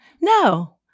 No